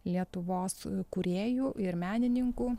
lietuvos kūrėjų ir menininkų